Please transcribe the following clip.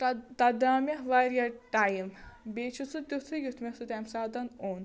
تَتھ تَتھ درٛاو مےٚ واریاہ ٹایِم بیٚیہِ چھُ سُہ تِتھُے یُتھ مےٚ سُہ تَمہِ ساتہٕ اوٚن